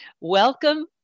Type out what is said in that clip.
Welcome